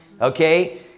okay